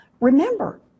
Remember